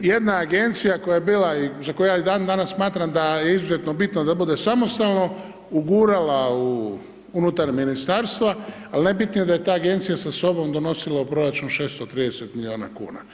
jedna agencija koja je bila i za koju ja dandanas smatra da je izuzetno bitna da bude samostalno, ugurala unutar ministarstva ali najbitnije je da je ta agencija sa sobom donosila u proračun 630 milijuna kn.